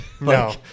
No